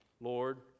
Lord